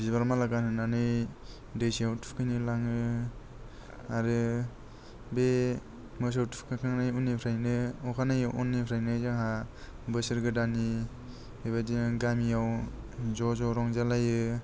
बिबार माला गानहोनानै दैसायाव थुखैनो लाङो आरो बे मोसौ थुखैखांनाय उननिफ्रायनो अखानायै उननिफ्रायनो जाहा बोसोर गोदाननि बेबादिनो गामियाव ज' ज' रंजालायो